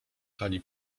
kali